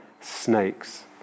snakes